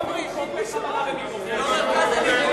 עמרי התחיל בחבלה במיקרופונים.